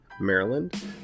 Maryland